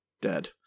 dead